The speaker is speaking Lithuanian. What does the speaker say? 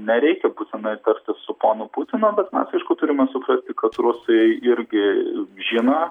nereikia būtinai tartis su ponu putinu bet mes aišku turime suprasti kad rusai irgi žino